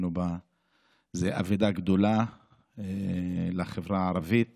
זאת אבדה גדולה לחברה הערבית